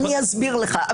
אני אסביר לך.